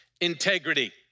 integrity